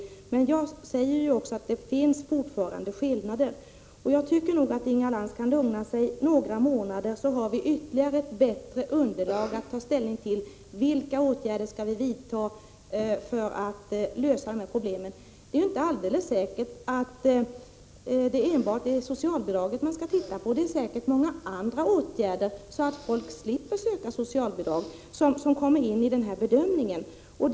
Men jag säger också att det fortfarande finns skillnader. Jag tycker nog att Inga Lantz borde kunna lugna sig ytterligare några månader, så att vi får ett bättre underlag att ta ställning till när det gäller vilka åtgärder som skall vidtas för att lösa problemen. Det är ju inte alldeles säkert att det är enbart socialbidragen man skall titta på, utan det finns säkert också många andra åtgärder som kommer in i bedömningen och som kan göra att folk slipper söka socialbidrag.